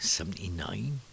Seventy-nine